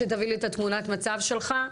שתביא לי את תמונת המצב שלך,